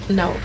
no